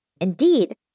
Indeed